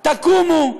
תקומו,